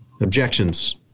Objections